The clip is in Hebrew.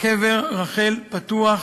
קבר רחל פתוח